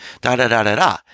da-da-da-da-da